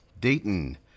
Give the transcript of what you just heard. Dayton